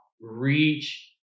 Reach